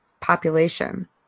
population